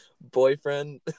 boyfriend